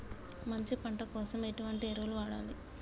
మంచి పంట కోసం ఎటువంటి ఎరువులు వాడాలి?